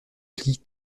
plis